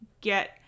get